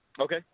Okay